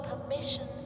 permission